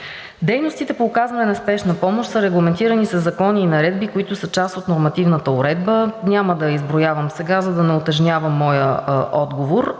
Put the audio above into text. Дейностите по оказване на спешна помощ са регламентирани със закони и наредби, които са част от нормативната уредба – няма да изброявам сега, за да не утежнявам моя отговор,